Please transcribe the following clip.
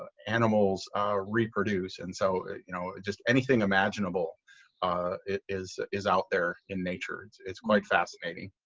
ah animals reproduce, and so you know just anything imaginable is is out there in nature. it's it's quite fascinating.